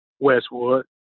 westwood